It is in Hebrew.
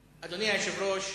היושב-ראש,